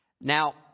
Now